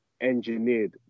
engineered